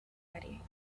ready